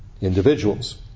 individuals